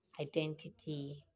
identity